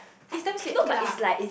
it's damn sweet okay lah